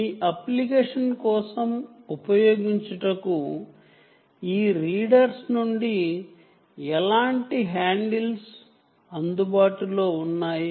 మీ application కోసం ఉపయోగించుటకు ఈ రీడర్స్ నుండి ఎలాంటి హ్యాండిల్స్ అందుబాటులో ఉన్నాయి